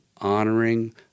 honoring